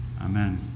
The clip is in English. Amen